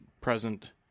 present